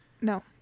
No